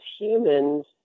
humans